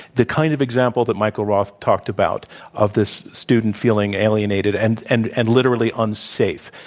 the kind of example that michael roth talked about of this student feeling alienated and and and literally unsafe.